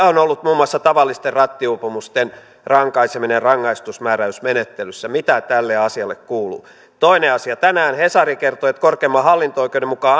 on ollut muun muassa tavallisista rattijuopumuksista rankaiseminen rangaistusmääräysmenettelyssä mitä tälle asialle kuuluu toinen asia tänään hesari kertoi että korkeimman oikeuden mukaan